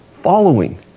following